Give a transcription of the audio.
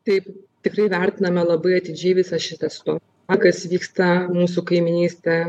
taip tikrai vertiname labai atidžiai visas šitas to kas vyksta mūsų kaimynystę